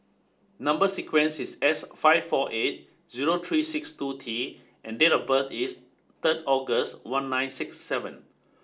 number sequence is S five four eight zero three six two T and date of birth is third August one nine six seven